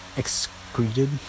excreted